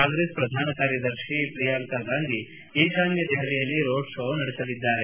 ಕಾಂಗ್ರೆಸ್ ಪ್ರಧಾನ ಕಾರ್ಯದರ್ಶಿ ಪ್ರಿಯಾಂಕಾ ಗಾಂಧಿ ಈಶಾನ್ನ ದೆಹಲಿಯಲ್ಲಿ ರೋಡ್ ಕೋ ನಡೆಸಲಿದ್ದಾರೆ